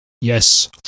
Yes